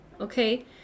okay